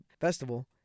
festival